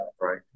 right